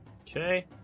okay